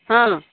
ହଁ